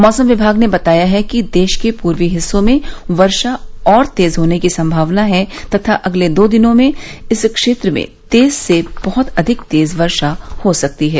मौसम विभाग ने बताया है कि देश के पूर्वी हिस्सों में वर्षा और तेज होने की संभावना है तथा अगले दो दिनों में इस क्षेत्र में तेज से बहुत अधिक तेज वर्षा हो सकती है